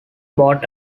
bought